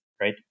Right